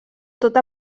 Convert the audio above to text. tot